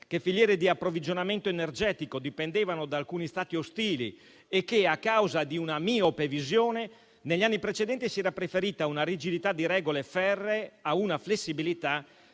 che filiere di approvvigionamento energetico dipendevano da alcuni Stati ostili e che, a causa di una miope visione, negli anni precedenti si era preferita una rigidità di regole ferree a una flessibilità